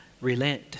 relent